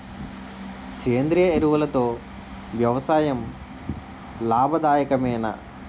సేంద్రీయ ఎరువులతో వ్యవసాయం లాభదాయకమేనా?